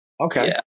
Okay